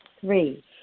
Three